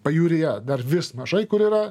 pajūryje dar vis mažai kur yra